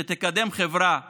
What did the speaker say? שתקדם חברה שוויונית,